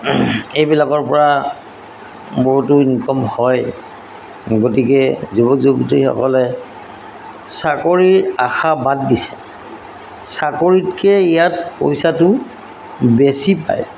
এইবিলাকৰ পৰা বহুতো ইনকম হয় গতিকে যুৱক যুৱতীসকলে চাকৰিৰ আশা বাদ দিছে চাকৰিতকৈ ইয়াত পইচাটো বেছি পায়